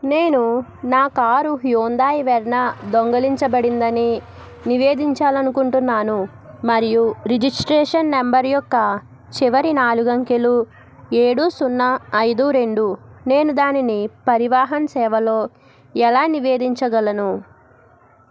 నేను నా car Hyundai Verna దొంగిలించబడిందని నివేదించాలి అనుకుంటున్నాను మరియు రిజిస్ట్రేషన్ నెంబర్ యొక్క చివరి నాలుగు అంకెలు ఏడు సున్నా ఐదు రెండు నేను దానిని పరివాహన్ సేవలో ఎలా నివేదించగలను